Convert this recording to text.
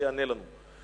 שיענה לנו.